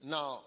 Now